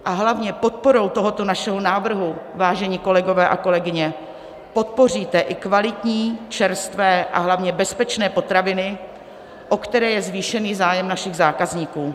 A hlavně podporou tohoto našeho návrhu, vážení kolegové a kolegyně, podpoříte i kvalitní, čerstvé, a hlavně bezpečné potraviny, o které je zvýšený zájem našich zákazníků.